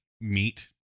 meet